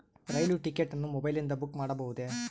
ರೈಲು ticket ಅನ್ನು ಮೊಬೈಲಿಂದ book ಮಾಡಬಹುದೆ?